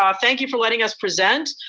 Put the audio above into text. um thank you for letting us present.